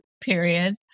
period